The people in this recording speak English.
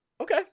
Okay